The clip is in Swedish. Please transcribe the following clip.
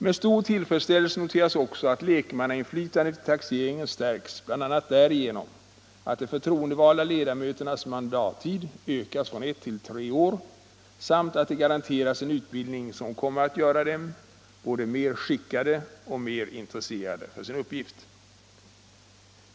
Med stor tillfredsställelse noteras också att lekmannainflytandet vid taxeringen stärks, bl.a. därigenom att de förtroendevalda ledamöternas mandattid ökas från ett till tre år samt att de garanteras en utbildning, som kommer att göra dem både mer skickade och mer intresserade för sin uppgift.